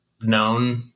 known